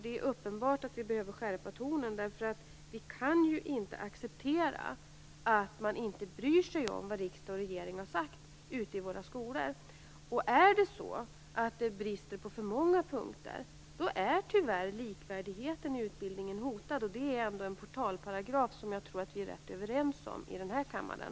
Det är uppenbart att vi behöver skärpa tonen, för vi kan inte acceptera att man ute på våra skolor inte bryr sig om vad riksdag och regering har sagt. Om det är så att det brister på för många punkter är tyvärr likvärdigheten i utbildningen hotad, och det är ändå en portalparagraf vars värde jag tror att vi är rätt överens om i den här kammaren.